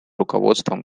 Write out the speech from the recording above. руководством